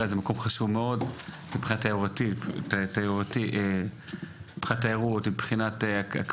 גם תיירותית, גם קברי צדיקים.